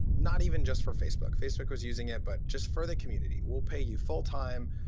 not even just for facebook. facebook was using it, but just for the community, well pay you full-time.